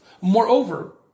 Moreover